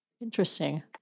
Interesting